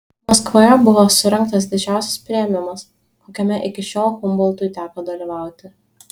maskvoje buvo surengtas didžiausias priėmimas kokiame iki šiol humboltui teko dalyvauti